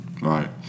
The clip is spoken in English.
Right